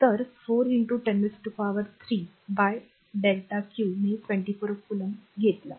तर 4103∆q ने 24 कलोम्ब घेतला